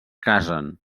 casen